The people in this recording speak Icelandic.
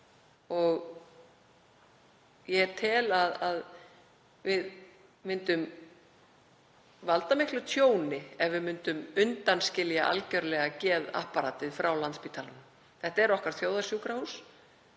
og ég tel að við myndum valda miklu tjóni ef við myndum undanskilja algerlega geðapparatið frá Landspítalanum. Þetta er þjóðarsjúkrahús